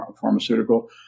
pharmaceutical